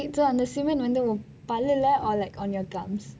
so அந்த:antha cement வந்து எல்லாம் உன் பல்லெல்லாம்:vanthu ellam un pallelaam or on your gums